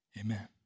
Amen